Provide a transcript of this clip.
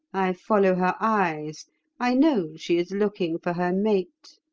i follow her eyes i know she is looking for her mate.